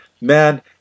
man